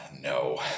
No